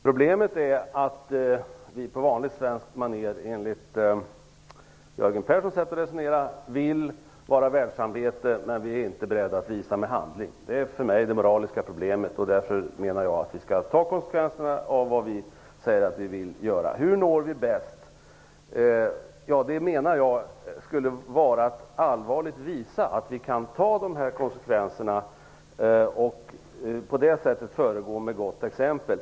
Fru talman! Problemet är att vi på vanligt svenskt maner, enligt Jörgen Perssons sätt att resonera, vill vara världssamvete, men vi är inte beredda att visa det i handling. Det är för mig det moraliska problemet. Därför menar jag att vi skall ta konsekvenserna av vad vi säger att vi vill göra. Hur når vi bäst ett totalförbud, frågar Jörgen Persson. Jag menar att ett förbud i Sverige skulle innebära att vi allvarligt visar att vi kan ta konsekvenserna och på det sättet föregår med gott exempel.